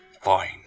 Fine